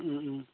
ও ও